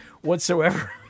whatsoever